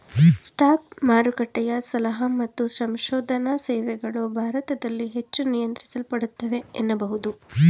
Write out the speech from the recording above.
stock ಮಾರುಕಟ್ಟೆಯ ಸಲಹಾ ಮತ್ತು ಸಂಶೋಧನಾ ಸೇವೆಗಳು ಭಾರತದಲ್ಲಿ ಹೆಚ್ಚು ನಿಯಂತ್ರಿಸಲ್ಪಡುತ್ತವೆ ಎನ್ನಬಹುದು